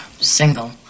Single